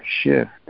shift